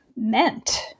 meant